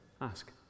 Ask